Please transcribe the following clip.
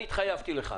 אני התחייבתי לך.